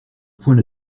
point